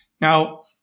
Now